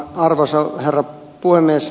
arvoisa herra puhemies